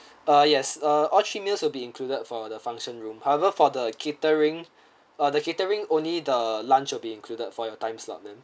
uh yes uh all three meals will be included for the function room however for the catering ah the catering only the lunch will be included for your time slot ma'am